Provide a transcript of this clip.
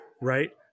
right